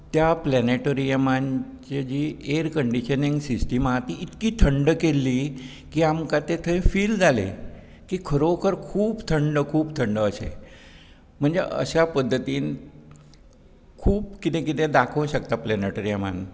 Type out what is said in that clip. त्या प्लॅनेटोरीयमांत जी एयर कंडिशनीग सिस्टीम आहा ती इतकी थंड केल्ली की आमकां तें थंय फील जालें की खरोखर खूब थंड खूब थंड अशें म्हणजें अशा पद्दतीन खूब कितें कितें दाखोवं शकता प्लॅनेटोरीयमांत